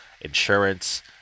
insurance